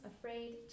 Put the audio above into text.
afraid